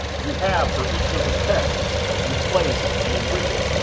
you have for each of the texts you place in a widget.